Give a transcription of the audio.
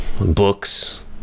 books